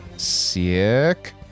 Sick